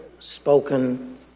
spoken